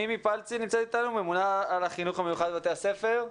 מימי פלצי, הממונה על החינוך המיוחד בבתי הספר.